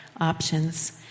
options